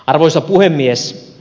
arvoisa puhemies